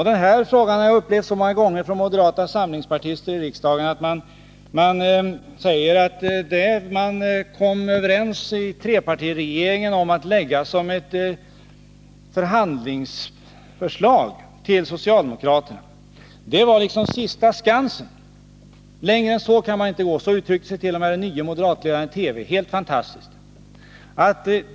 I den här frågan har jag så många gånger i riksdagen upplevt att ”moderata samlingspartister” säger att man i trepartiregeringen kom överens om att lägga fram ett förhandlingsförslag till socialdemokraterna. Det var sista skansen, längre än så kunde man inte gå. Så uttryckte sigt.o.m. den nye moderatledaren i TV nyligen — helt fantastiskt.